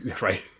Right